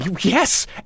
Yes